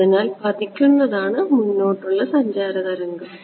അതിനാൽ പതിക്കുന്നതാണ് മുന്നോട്ടുള്ള സഞ്ചാര തരംഗം